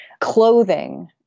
clothing